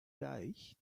deich